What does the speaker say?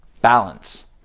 balance